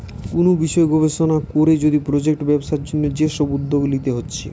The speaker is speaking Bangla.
কুনু বিষয় গবেষণা কোরে যদি প্রজেক্ট ব্যবসার জন্যে যে সব উদ্যোগ লিতে হচ্ছে